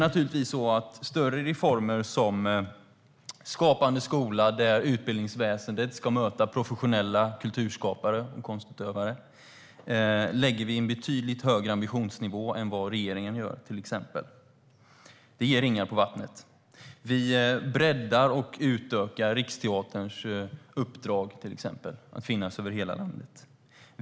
För större reformer som Skapande skola, där utbildningsväsendet ska möta professionella kulturskapare och konstutövare, har vi en betydligt högre ambitionsnivå än regeringen. Det ger ringar på vattnet. Vi breddar och utökar Riksteaterns uppdrag för att de ska finnas över hela landet.